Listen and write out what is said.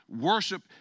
Worship